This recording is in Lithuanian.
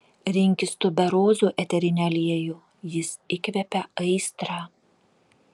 rinkis tuberozų eterinį aliejų jis įkvepia aistrą